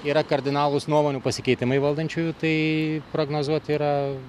yra kardinalūs nuomonių pasikeitimai valdančiųjų tai prognozuoti yra